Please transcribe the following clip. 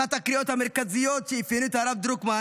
אחת הקריאות המרכזיות שאפיינו את הרב דרוקמן